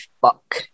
Fuck